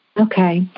Okay